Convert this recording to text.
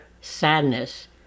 sadness